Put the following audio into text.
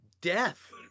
death